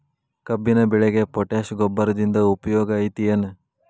ಕಬ್ಬಿನ ಬೆಳೆಗೆ ಪೋಟ್ಯಾಶ ಗೊಬ್ಬರದಿಂದ ಉಪಯೋಗ ಐತಿ ಏನ್?